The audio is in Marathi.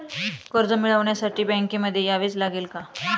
कर्ज मिळवण्यासाठी बँकेमध्ये यावेच लागेल का?